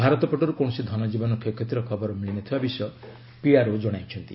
ଭାରତ ପଟରୁ କୌଣସି ଧନଜୀବନ କ୍ଷୟକ୍ଷତିର ଖବର ମିଳିନଥିବା ବିଷୟ ପିଆର୍ଓ ଜଣାଇଛନ୍ତି